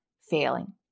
failing